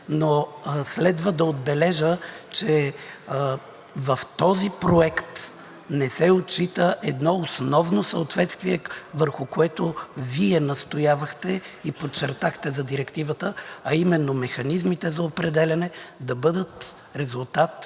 но следва да отбележа, че в този проект не се отчита едно основно съответствие, върху което Вие настоявахте и подчертахте за Директивата, а именно механизмите за определяне да бъдат резултат